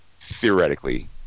theoretically